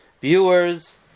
viewers